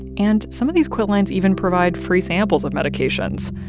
and some of these quitlines even provide free samples of medications.